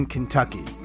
Kentucky